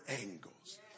angles